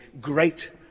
great